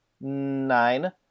nine